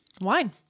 Wine